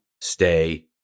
stay